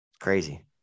crazy